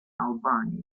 albania